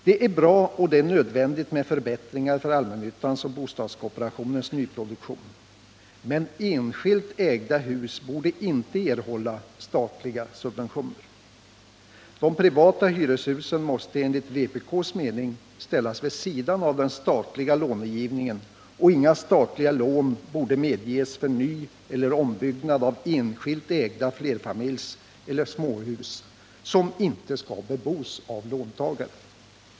Det är bra och nödvändigt med förbättringar för allmännyttans och bostadskooperationens nyproduktion, men enskilt ägda hus borde inte erhålla statliga subventioner. De privata hyreshusen måste enligt vpk:s mening ställas vid sidan av den statliga långivningen, och inga statliga lån borde medges för nyeller ombyggnad av enskilt ägda flerfamiljseller småhus som inte skall bebos av låntagaren.